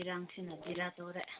ꯏꯔꯥꯡꯁꯤꯅ ꯕꯤꯔꯥ ꯇꯧꯔꯦ